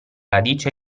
radice